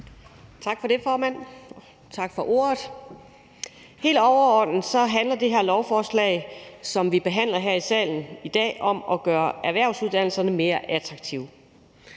Tak for det, formand, tak for ordet. Helt overordnet handler det her lovforslag, som vi behandler her i salen i dag, om at gøre erhvervsuddannelserne mere attraktive.